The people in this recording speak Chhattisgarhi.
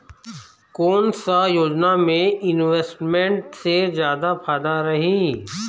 कोन सा योजना मे इन्वेस्टमेंट से जादा फायदा रही?